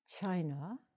China